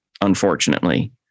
unfortunately